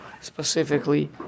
specifically